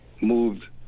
moved